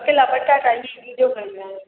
ॿ किला पटाटा भली ॾीजो पंजाह में